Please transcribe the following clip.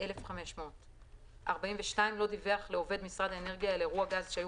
1,500. (42) לא דיווח לעובד משרד האנרגיה על אירוע גז שהיו